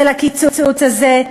של הקיצוץ הזה,